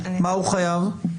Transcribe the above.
מה הוא חייב?